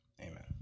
amen